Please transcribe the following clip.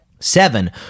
Seven